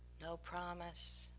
no promise.